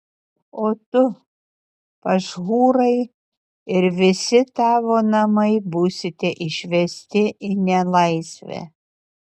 o tu pašhūrai ir visi tavo namai būsite išvesti į nelaisvę